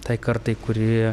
tai kartai kuri